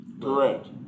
Correct